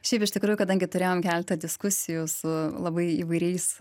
šiaip iš tikrųjų kadangi turėjom keletą diskusijų su labai įvairiais